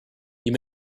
you